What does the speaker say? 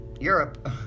Europe